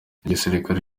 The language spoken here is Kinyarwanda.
igisirikare